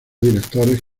directores